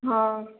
हँ